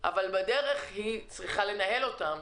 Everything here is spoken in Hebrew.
אבל בדרך היא צריכה לנהל אותן,